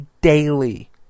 daily